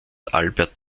albert